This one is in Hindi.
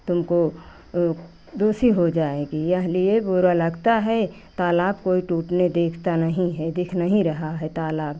तुमको दूसी हो जाएगी यह लिए बुरा लगता है तालाब कोई टूटने देखता नहीं है दिख नहीं रहा है तालाब